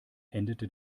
endete